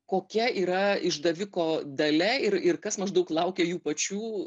kokia yra išdaviko dalia ir ir kas maždaug laukia jų pačių